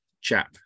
chap